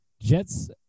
Jets